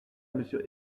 monsieur